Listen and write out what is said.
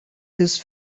his